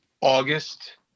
August